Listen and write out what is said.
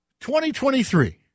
2023